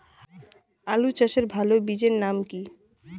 আলু চাষের ভালো বীজের নাম কি?